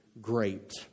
great